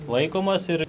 laikomas ir